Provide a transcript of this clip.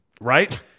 Right